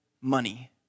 money